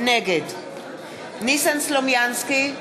נגד ניסן סלומינסקי,